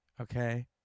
Okay